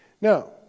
Now